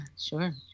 sure